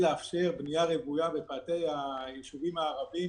לאפשר בנייה רוויה בפאתי הישובים הערביים,